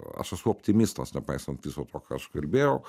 aš esu optimistas nepaisant viso to ką aš kalbėjau